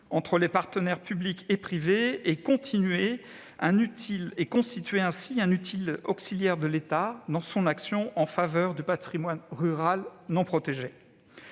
entre partenaires publics et privés et constituer ainsi un utile auxiliaire de l'État dans son action en faveur du patrimoine rural non protégé.